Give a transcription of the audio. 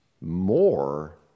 more